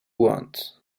wants